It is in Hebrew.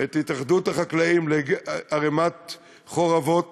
את התאחדות החקלאים לערמת חורבות